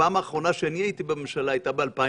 בפעם האחרונה שאני הייתי בממשלה הייתה ב-2014.